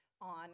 on